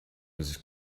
this